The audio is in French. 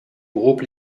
groupe